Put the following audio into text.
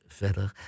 verder